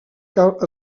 cal